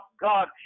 God